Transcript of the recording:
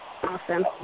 Awesome